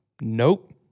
nope